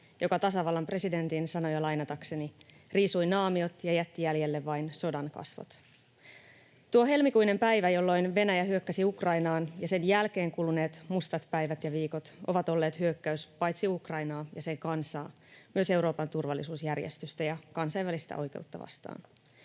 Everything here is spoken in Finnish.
joka tasavallan presidentin sanoja lainatakseni ”riisui naamiot ja jätti jäljelle vain sodan kasvot”. Tuo helmikuinen päivä, jolloin Venäjä hyökkäsi Ukrainaan, ja sen jälkeen kuluneet mustat päivät ja viikot ovat olleet hyökkäys paitsi Ukrainaa ja sen kansaa myös Euroopan turvallisuusjärjestystä ja kansainvälistä oikeutta vastaan.